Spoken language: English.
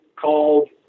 called